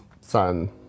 son